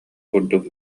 курдук